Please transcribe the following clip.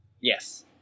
yes